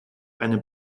eine